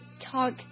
Talk